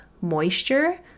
moisture